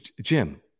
Jim